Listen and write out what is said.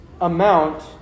amount